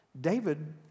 David